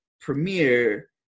premiere